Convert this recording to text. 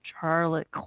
Charlotte